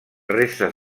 restes